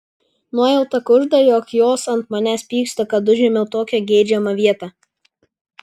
nuojauta kužda jog jos ant manęs pyksta kad užėmiau tokią geidžiamą vietą